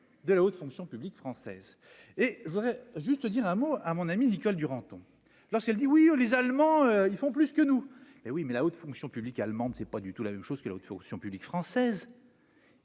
de la haute fonction publique française et je voudrais juste dire un mot à mon amie Nicole Duranton lorsqu'elle dit oui, les Allemands, ils font plus que nous, hé oui, mais la haute fonction publique allemande, c'est pas du tout la même chose que la haute fonction publique française.